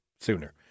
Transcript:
sooner